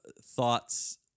thoughts